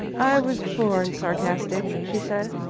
i was born sarcastic, she said.